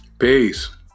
peace